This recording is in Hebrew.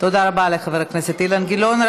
תודה רבה לחבר הכנסת אילן גילאון.